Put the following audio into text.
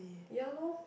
ya lor